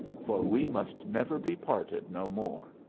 for we must never be parted no more.